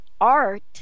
art